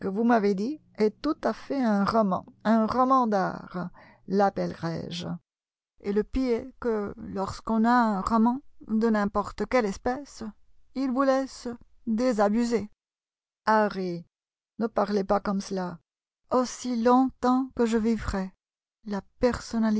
vous m'avez dit est tout à fait un roman un roman d'art lappellerai je et le pis est que lorsqu'on a un roman de n'importe quelle espèce il vous laisse désabusé harry ne parlez pas comme cela aussi longtemps que je vivrai la